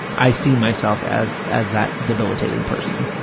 i see myself as as that debilitated person.